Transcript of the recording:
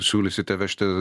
siūlysite vežti